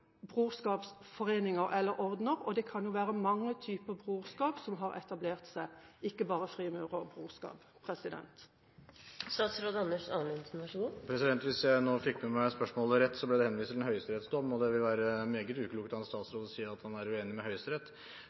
eller ordener? Det kan jo være mange typer brorskap som har etablert seg, ikke bare frimurerbrorskap. Hvis jeg nå fikk med meg spørsmålet rett, ble det henvist til en høyesterettsdom. Det vil være meget uklokt av en statsråd å si at han er uenig med Høyesterett,